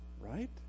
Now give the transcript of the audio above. right